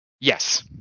yes